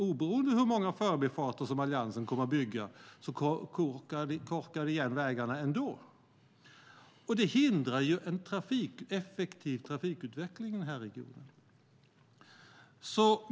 Oberoende av hur många förbifarter Alliansen kommer att bygga korkar det igen vägarna. Det hindrar ju en effektiv trafikutveckling i den här regionen.